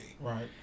right